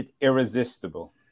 irresistible